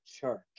church